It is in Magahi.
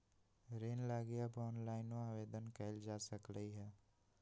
ऋण लागी अब ऑनलाइनो आवेदन कएल जा सकलई ह